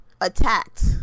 attacked